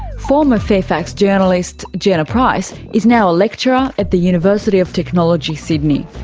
former fairfax journalist, jenna price, is now a lecturer at the university of technology sydney.